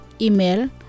Email